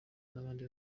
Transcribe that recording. n’abandi